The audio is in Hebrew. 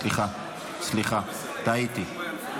סליחה, טעיתי.